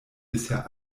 bisher